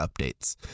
updates